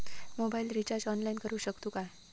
Mobile recharge online करुक शकतू काय?